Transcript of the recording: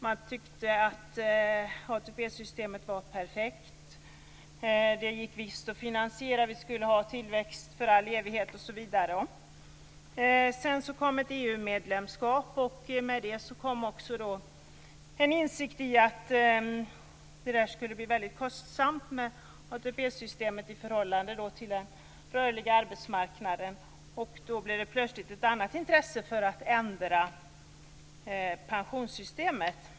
Man tyckte att ATP systemet var perfekt. Det gick visst att finansiera. Vi skulle ha tillväxt för all evighet osv. Sedan kom ett EU-medlemskap, och med det kom en insikt om att ATP-systemet skulle bli mycket kostsamt i förhållande till den rörliga arbetsmarknaden. Då blev det plötsligt ett annat intresse för att ändra pensionssystemet.